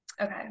Okay